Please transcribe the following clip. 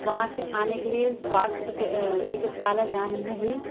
वहाँ से आने के लिए स्वास्थ्य चिकित्सालय जाने में भी